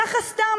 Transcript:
ככה סתם